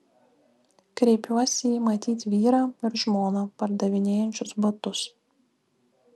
kreipiuosi į matyt vyrą ir žmoną pardavinėjančius batus